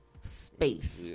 space